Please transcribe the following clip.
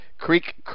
Creek